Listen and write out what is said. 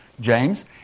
James